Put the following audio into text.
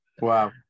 Wow